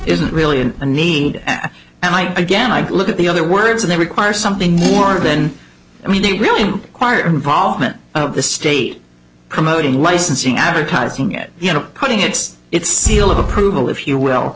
isn't really a need and i again i look at the other words and they require something more than i mean it really requires involvement of the state promoting licensing advertising it you know putting its its seal of approval if you will